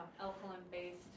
alkaline-based